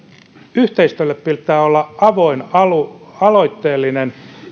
yhteistyölle pitää olla avoin ja aloitteellinen